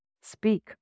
speak